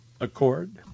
Accord